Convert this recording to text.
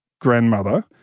grandmother